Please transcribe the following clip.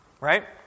Right